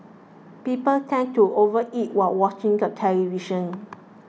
people tend to overeat while watching the television